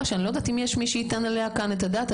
שאני לא יודעת אם יש מי שייתן עליה את הדעת,